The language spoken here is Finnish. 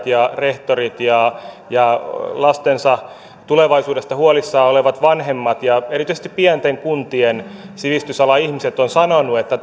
ja rehtorit ja ja lastensa tulevaisuudesta huolissaan olevat vanhemmat ja erityisesti pienten kuntien sivistysalan ihmiset ovat sanoneet että